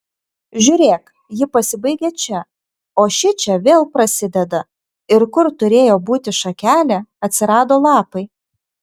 žiūrėk ji pasibaigia čia o šičia vėl prasideda ir kur turėjo būti šakelė atsirado lapai